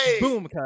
Boom